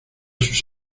sus